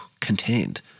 contained